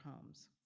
homes